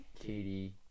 Katie